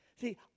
See